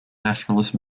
nationalist